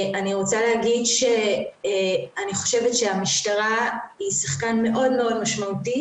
אני רוצה לומר שאני חושבת שהמשטרה היא שחקן מאוד מאוד משמעותי